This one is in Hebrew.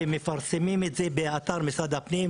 מפרסמים את זה באתר מספר הפנים.